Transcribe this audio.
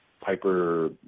Piper